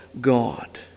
God